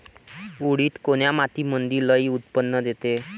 उडीद कोन्या मातीमंदी लई उत्पन्न देते?